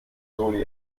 soli